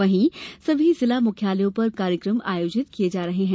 वहीं सभी जिला मुख्यालयों पर कार्यक्रम आयोजित किये जा रहे हैं